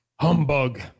Humbug